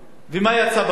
ומה יצא בסוף?